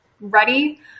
ready